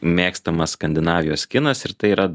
mėgstamas skandinavijos kinas ir tai yra